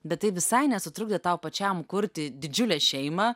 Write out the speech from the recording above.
bet tai visai nesutrukdė tau pačiam kurti didžiulę šeimą